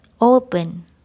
open